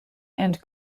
and